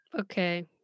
okay